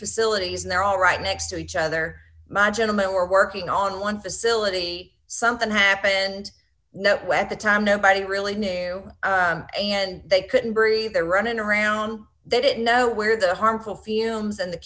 facilities and they're all right next to each other my gentlemen were working on one facility something happened when the time nobody really knew and they couldn't breathe they're running around they didn't know where the harmful fumes and the